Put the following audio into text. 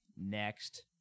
Next